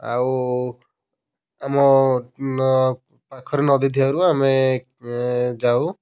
ଆଉ ଆମ ନ ପାଖରେ ନଦୀ ଥିବାରୁ ଆମେ ଯାଉ